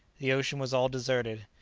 the ocean was all deserted.